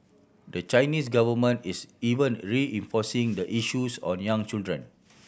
the Chinese government is even reinforcing the issues on young children